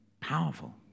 Powerful